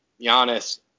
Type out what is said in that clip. Giannis